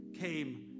came